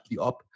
up